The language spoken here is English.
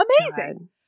amazing